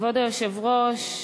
כבוד היושב-ראש,